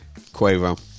Quavo